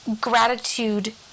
Gratitude